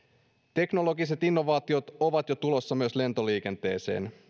teknologiset innovaatiot ovat jo tulossa myös lentoliikenteeseen